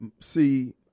see